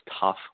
tough